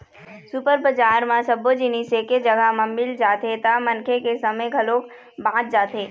super बजार म सब्बो जिनिस एके जघा म मिल जाथे त मनखे के समे घलोक बाच जाथे